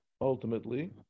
ultimately